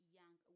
young